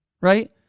Right